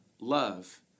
love